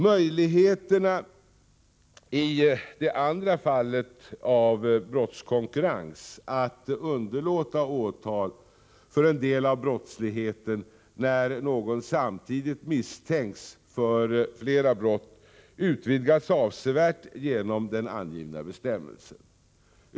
Möjligheterna i det andra fallet av brottskonkurrens, att underlåta åtal för en del av brottsligheten när någon samtidigt misstänks för flera brott, utvidgas avsevärt genom den angivna bestämmelsen.